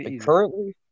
Currently